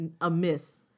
amiss